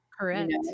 Correct